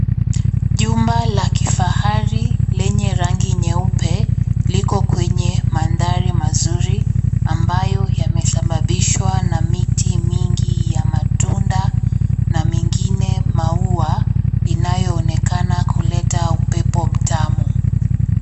Jumba la kifahari, lenye rangi nyeupe liko kwenye mandhari mazuri ambayo yamesababishwa na miti mingi ya matunda na mengine maua inayoonekana kuleta upepo mtamu.